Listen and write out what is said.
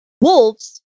wolves